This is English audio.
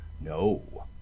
No